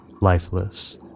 Lifeless